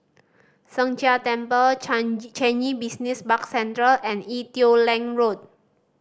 Sheng Jia Temple Changi Business Park Central and Ee Teow Leng Road